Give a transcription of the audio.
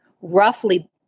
roughly